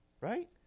Right